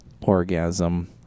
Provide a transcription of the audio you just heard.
Orgasm